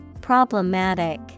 Problematic